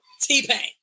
T-Pain